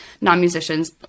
non-musicians